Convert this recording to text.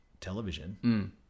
television